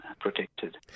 protected